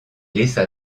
laissa